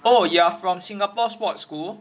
oh you are from singapore sports school